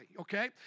Okay